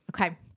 okay